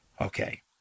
Okay